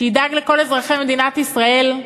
שידאג לכל אזרחי מדינת ישראל,